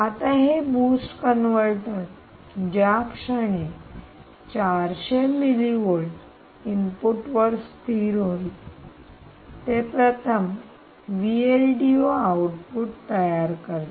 आता हे boost converter ज्या क्षणी 400 मिली व्होल्ट इनपुटवर स्थिर होईल ते प्रथम आउटपुट तयार करते